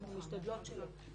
אנחנו משתדלות שלא.